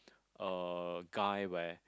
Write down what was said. a guy where